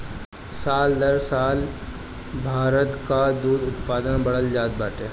साल दर साल भारत कअ दूध उत्पादन बढ़ल जात बाटे